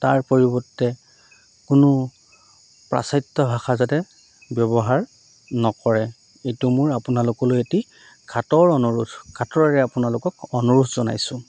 তাৰ পৰিৱৰ্তে কোনো প্ৰাচাত্য ভাষা যাতে ব্যৱহাৰ নকৰে এইটো মোৰ আপোনালোকলৈ এটি কাটৰ অনুৰোধ কাটৰে আপোনালোকক অনুৰোধ জনাইছোঁ